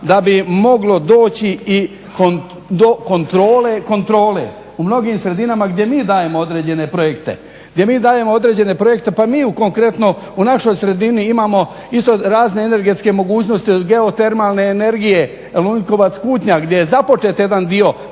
da bi moglo doći i do kontrole kontrole. U mnogim sredinama gdje mi dajemo određene projekte. Pa mi konkretno u našoj sredini imamo isto razne energetske mogućnosti od geotermalne energije Lonjkovac-Kutnjak gdje je započet jedan dio